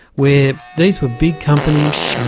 where these were big companies,